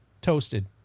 Toasted